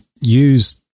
use